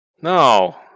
no